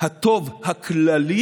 הטוב הכללי.